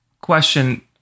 question